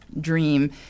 dream